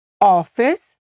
office